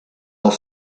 dans